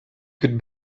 could